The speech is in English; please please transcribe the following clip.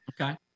okay